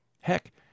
Heck